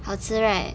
好吃 right